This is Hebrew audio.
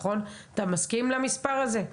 אתה מסכים למספר הזה?